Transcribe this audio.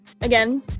Again